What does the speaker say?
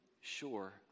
sure